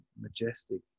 majestic